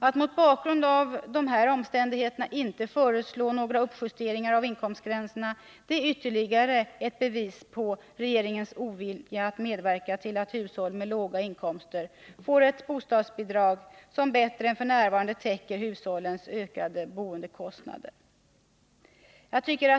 Att mot bakgrund av dessa omständigheter inte föreslå några uppjusteringar av inkomstgränserna är ytterligare ett bevis på regeringens ovilja att medverka till att hushåll med låga inkomster får bostadsbidrag som bättre än f. n. täcker hushållens ökade bostadskostnader.